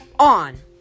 on